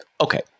okay